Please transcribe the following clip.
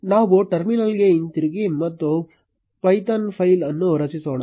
ನಾವು ಟರ್ಮಿನಲ್ಗೆ ಹಿಂತಿರುಗಿ ಮತ್ತು ಪೈಥಾನ್ ಫೈಲ್ ಅನ್ನು ರಚಿಸೋಣ